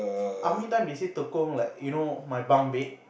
army time they say tekong like you know my bunk bed